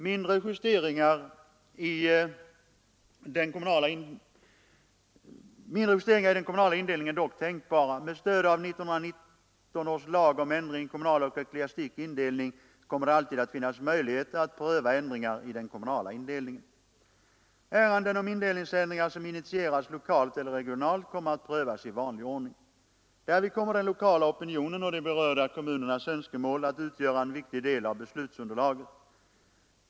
Mindre justeringar i den kommunala indelningen är dock tänkbara. Med stöd av 1919 års lag om ändring i kommunal och ecklesiastik indelning kommer det alltid att finnas möjligheter att pröva ändringar i den kommunala indelningen. Ärenden om indelningsändringar som initieras lokalt eller regionalt kommer att prövas i vanlig ordning. Därvid kommer den lokala opinionen och de berörda kommunernas önskemål att utgöra en viktig del av beslutsunderlaget.